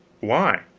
why?